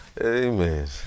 Amen